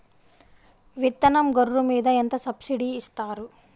విత్తనం గొర్రు మీద ఎంత సబ్సిడీ ఇస్తారు?